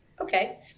okay